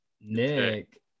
Nick